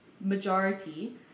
majority